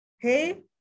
hey